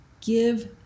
give